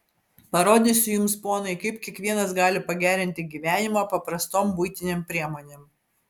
parodysiu jums ponai kaip kiekvienas gali pagerinti gyvenimą paprastom buitinėm priemonėm